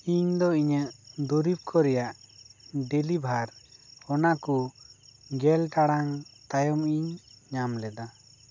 ᱤᱧ ᱫᱚ ᱤᱧᱟᱹᱜ ᱫᱩᱨᱤᱵᱽ ᱠᱚ ᱨᱮᱭᱟᱜ ᱰᱮᱞᱤᱵᱷᱟᱨ ᱚᱱᱟᱠᱚ ᱜᱮᱞ ᱴᱟᱲᱟᱝ ᱛᱟᱭᱚᱢᱤᱧ ᱧᱟᱢ ᱞᱮᱫᱟ